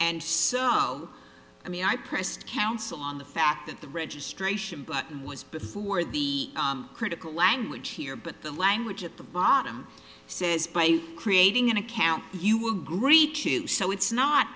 and so i mean i pressed council on the fact that the registration but was before the critical language here but the language at the bottom says by creating an account you agree to do so it's not